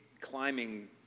climbing